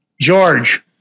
George